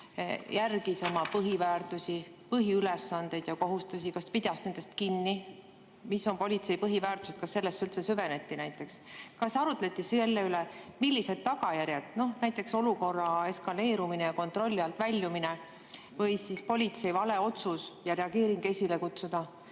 järgis oma põhiväärtusi, põhiülesandeid ja ‑kohustusi, kas pidas nendest kinni. Mis on politsei põhiväärtused, kas sellesse näiteks üldse süveneti? Kas arutleti selle üle, milliseid tagajärgi, näiteks olukorra eskaleerumine ja kontrolli alt väljumine, võis politsei vale otsus ja reageering esile kutsuda?